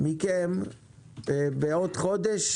מכם בעוד חודש,